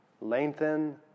lengthen